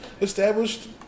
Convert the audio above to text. established